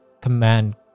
Command